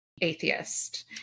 atheist